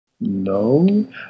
No